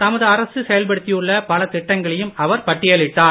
தமது அரசு செய்படுத்தியுள்ள பல திட்டங்களையும் அவர் பட்டியலிட்டார்